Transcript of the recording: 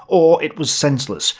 or it was senseless.